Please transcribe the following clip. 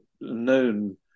known